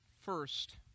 First